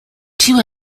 two